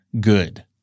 good